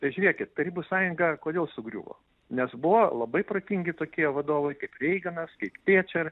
tai žiūrėkit tarybų sąjunga kodėl sugriuvo nes buvo labai protingi tokie vadovai kaip reiganas kaip tečer